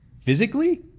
Physically